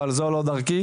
אבל זו לא דרכי.